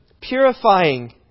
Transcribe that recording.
purifying